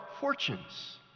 fortunes